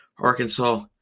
Arkansas